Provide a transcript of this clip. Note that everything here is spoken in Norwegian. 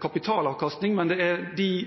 kapitalavkastning; det er de